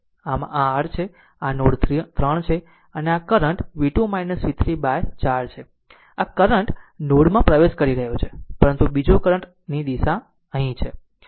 આમ આ r છે આ r નોડ 3 છે અને આ કરંટ v2 v3 by 4 છે આ કરંટ નોડ માં પ્રવેશી રહ્યો છે પરંતુ બીજી કરંટ અહીંની દિશા છે